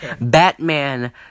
Batman